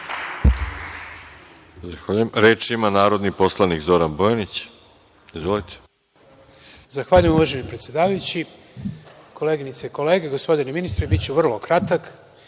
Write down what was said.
Reč ima narodni poslanik Zoran Bojanić. **Zoran